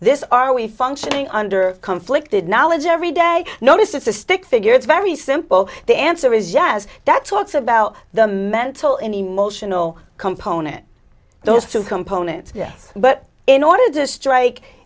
this are we functioning under conflicted knowledge every day notice it's a stick figure it's very simple the answer is yes that's what it's about the mental and emotional component those two components yes but in order to strike